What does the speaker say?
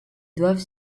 doivent